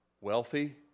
wealthy